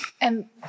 And-